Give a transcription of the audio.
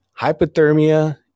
hypothermia